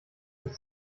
sich